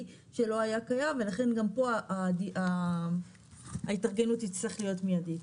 שלא היה קיים ולכן גם פה ההתארגנות תצטרך להיות מיידית.